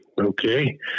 Okay